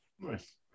Nice